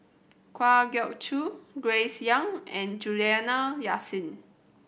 Kwa Geok Choo Grace Young and Juliana Yasin